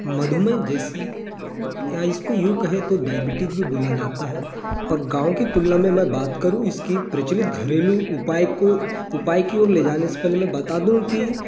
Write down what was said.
मधुमेह जैसी या इसको यूँ कहें तो डायबिटीज़ भी बोला जाता है और गाँव की तुलना में मैं बात करूँ इसकी प्रचलित घरेलू उपाय को उपाय की ओर ले जाने से पहले मैं बता दूँ कि